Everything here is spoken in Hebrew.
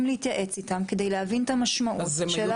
להתייעץ איתם כדי להבין את המשמעות של הפיצול.